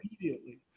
immediately